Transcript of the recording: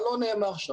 מה לא נאמר שם.